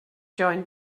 join